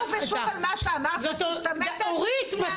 אורית,